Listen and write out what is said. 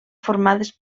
formades